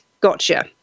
Gotcha